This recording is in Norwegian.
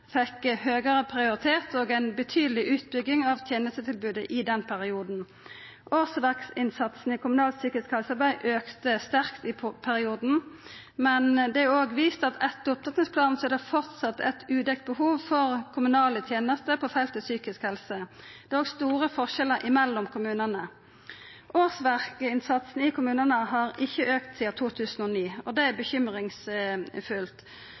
fekk ein høgare prioritet og ei betydeleg utbygging av tenestetilbodet i den perioden. Årsverksinnsatsen i kommunalt psykisk helsearbeid auka sterkt i perioden, men det er òg vist at etter opptrappingsplanen er det framleis eit udekt behov for kommunale tenester på feltet psykisk helse. Det er òg store forskjellar mellom kommunane. Årsverksinnsatsen i kommunane har ikkje auka sidan 2007, og det er